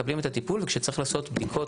מקבלים את הטיפול וכשצריכים לעשות בדיקות,